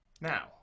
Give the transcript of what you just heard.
now